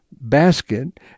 basket